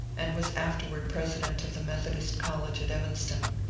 and was afterward president of the methodist college at evanston.